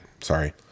Sorry